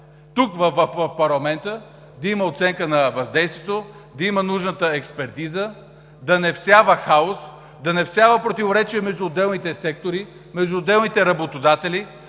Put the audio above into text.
тук, в парламента, да има оценка на въздействието, да има нужната експертиза, да не всява хаос, да не всява противоречие между отделните сектори, между отделните работодатели,